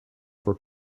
for